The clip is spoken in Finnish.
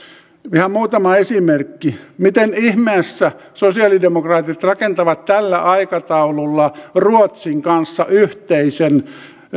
ihan muutama esimerkki miten ihmeessä sosialidemokraatit rakentavat tällä aikataululla ruotsin kanssa yhteisen